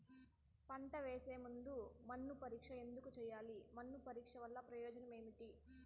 పంట వేసే ముందు మన్ను పరీక్ష ఎందుకు చేయాలి? మన్ను పరీక్ష వల్ల ప్రయోజనం ఏమి?